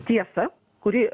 tiesą kuri